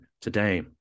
today